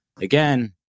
again